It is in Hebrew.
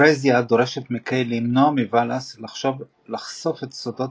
פרזיה דורשת מקיי למנוע מוואלאס לחשוף את סודות